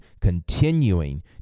continuing